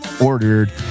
Ordered